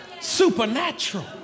Supernatural